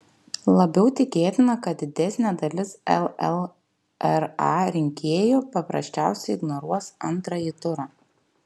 labiau tikėtina kad didesnė dalis llra rinkėjų paprasčiausiai ignoruos antrąjį turą